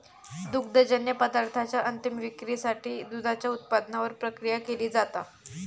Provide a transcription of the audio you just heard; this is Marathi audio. दुग्धजन्य पदार्थांच्या अंतीम विक्रीसाठी दुधाच्या उत्पादनावर प्रक्रिया केली जाता